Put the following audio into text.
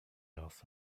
north